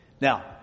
Now